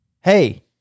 hey